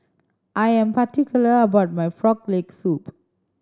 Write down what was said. I am particular about my Frog Leg Soup